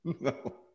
No